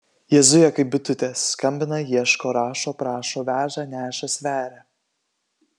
jie zuja kaip bitutės skambina ieško rašo prašo veža neša sveria